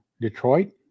Detroit